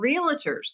realtors